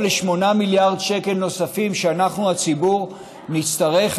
תוספת של קרוב ל-8 מיליארד שקל שאנחנו הציבור נצטרך,